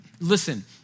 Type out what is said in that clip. Listen